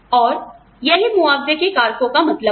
और यही मुआवज़े के कारकों का मतलब है